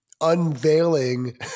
unveiling